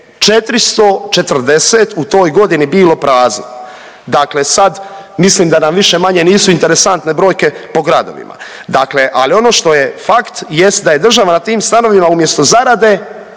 440 u toj godini bilo prazno. Dakle, sad mislim da nam više-manje nisu interesantne brojke po gradovima, ali ono što je fakt jest da je država na tim stanovima umjesto zarade